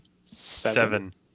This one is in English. Seven